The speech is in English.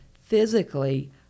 physically